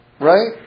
Right